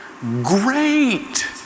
great